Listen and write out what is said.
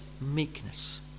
meekness